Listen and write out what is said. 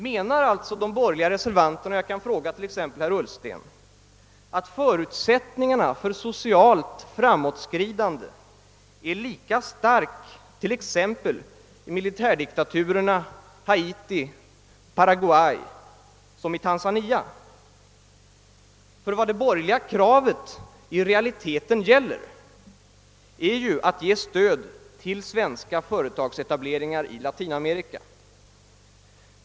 Menar alltså de borgerliga reservanterna — jag kan fråga t.ex. herr Ullsten — att förutsättningarna för socialt framåtskridande är lika starka t.ex. i militärdiktaturerna Haiti och Paraguay som i Tanzania? Vad det borgerliga kravet i realiteten går ut på är ju att ge stöd till svenska företagsetableringar i Latinamerika.